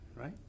right